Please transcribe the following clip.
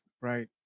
right